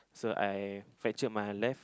so I fracture my left